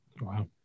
Wow